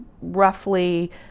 roughly